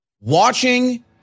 watching